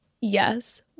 Yes